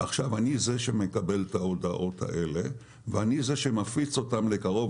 אני זה שמקבל את ההודעות האלה ואני זה שמפיץ אותן לקרוב